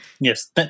Yes